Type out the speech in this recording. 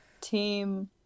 Team